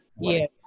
yes